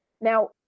Now